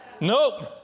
Nope